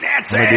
Nancy